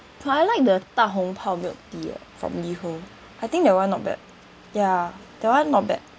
but I like the 大红袍 milk tea ah from Liho I think that [one] not bad ya that [one] not bad